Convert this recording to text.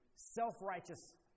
Self-righteous